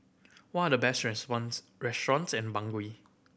what the best restaurants and Bangui